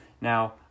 Now